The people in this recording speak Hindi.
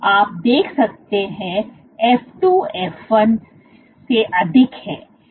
आप देख सकते हैं f 2 f 1 से अधिक है